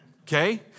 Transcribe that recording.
okay